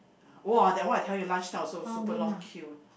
uh !wah! that one I tell you lunch time also super long queue